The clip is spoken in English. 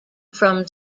from